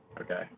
Okay